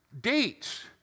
dates